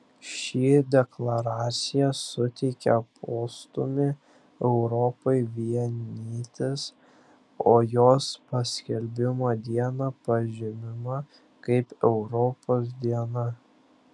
ši deklaracija suteikė postūmį europai vienytis o jos paskelbimo diena pažymima kaip europos diena